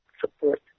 support